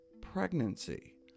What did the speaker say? pregnancy